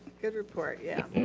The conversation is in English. good report, yeah.